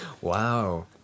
Wow